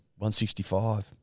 165